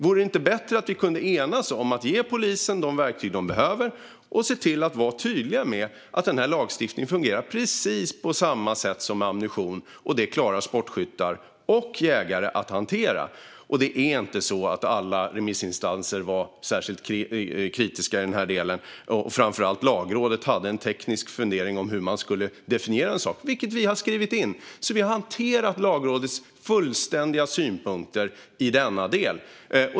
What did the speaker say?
Vore det inte bättre att enas om att ge polisen de verktyg de behöver och se till att vara tydlig med att denna lagstiftning fungerar på precis samma sätt som när det gäller ammunition, som sportskyttar och jägare klarar att hantera? Det är inte så att alla remissinstanser var särskilt kritiska. Framför allt Lagrådet hade en teknisk fundering om hur man skulle definiera en sak. Det har vi skrivit in, så vi har hanterat Lagrådets fullständiga synpunkter i denna del.